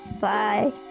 Bye